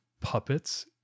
puppets